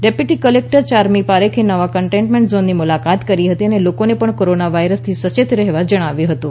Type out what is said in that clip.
deputy collector Charmi પારેખે નવા containment ઝોનની મુલાકાત કરી હતી અને લોકોને પણ કોરોના વાયરસથી સચેત રહેવા જણાવ્યું હતું